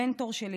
המנטור שלי,